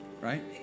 right